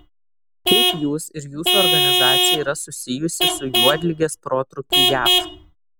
kaip jūs ir jūsų organizacija yra susijusi su juodligės protrūkiu jav